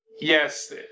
Yes